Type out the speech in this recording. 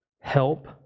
help